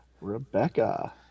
Rebecca